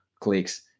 clicks